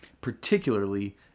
particularly